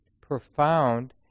profound